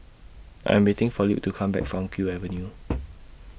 I Am waiting For Luke to Come Back from Kew Avenue